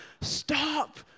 stop